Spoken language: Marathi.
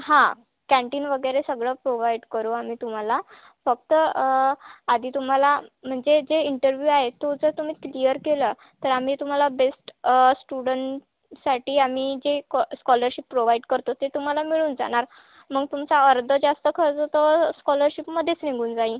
हा कॅन्टीन वगैरे सगळं प्रोव्हाईड करू आम्ही तुम्हाला फक्त आधी तुम्हाला म्हणजे जे इंटरव्ह्यू आहे तो जर तुम्ही क्लीयर केला तर आम्ही तुम्हाला बेस्ट स्टुडंटसाठी आम्ही जे कॉ स्कॉलरशिप प्रोव्हाईड करतो ते तुम्हाला मिळून जाणार मग तुमचा अर्धं जास्त खर्च तर स्कॉलरशिपमध्येच निघून जाईल